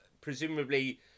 Presumably